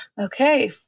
Okay